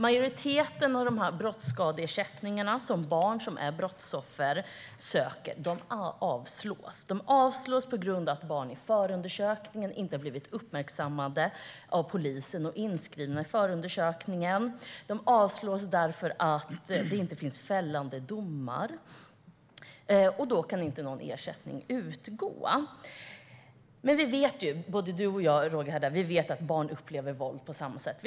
Majoriteten av brottskadeersättningarna som barn som är brottsoffer ansöker om avslås på grund av att barn i förundersökningen inte har blivit uppmärksammade av polisen och inskrivna i den. Ansökningarna avslås därför på grund av att det inte finns fällande domar, och då kan inte någon ersättning utgå. Både du och jag, Roger Haddad, vet ju att barn upplever våld på samma sätt.